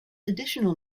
additional